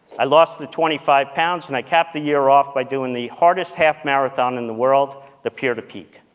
i lost the twenty five pounds, and i capped the year off by doing the hardest half marathon in the world the pier to peak.